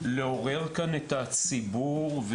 של הציבור,